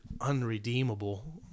unredeemable